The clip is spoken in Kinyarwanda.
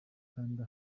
kanda